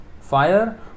Fire